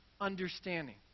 understanding